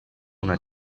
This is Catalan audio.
una